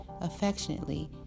affectionately